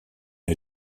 les